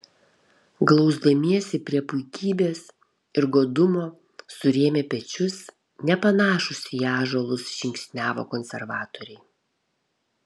glausdamiesi prie puikybės ir godumo surėmę pečius nepanašūs į ąžuolus žingsniavo konservatoriai